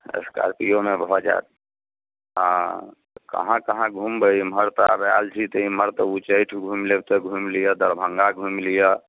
स्कार्पियोमे भऽ जायत आ कहाँ कहाँ घूमबै एम्हर तऽ आब आयल छी तऽ एम्हर तऽ उच्चैठ घूमि लेब तऽ घूमि लिअ दरभङ्गा घूमि लिअ